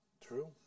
True